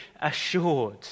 assured